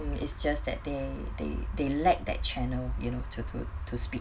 it's just that they they they lacked that channel you know to to to speak